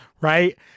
right